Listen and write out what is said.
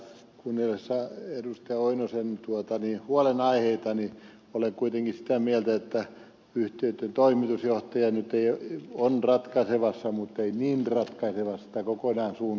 lauri oinosen huolenaiheita mutta olen kuitenkin sitä mieltä että yhtiöitten toimitusjohtaja on ratkaisevassa muttei niin ratkaisevasta koko irakin